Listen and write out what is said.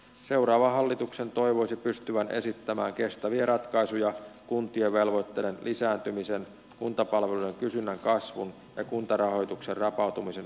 seuraavan hallituksen toivoisi pystyvän esittämään kestäviä ratkaisuja kuntien velvoitteiden lisääntymisen kuntapalveluiden kysynnän kasvun ja kuntarahoituksen rapautumisen